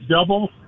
double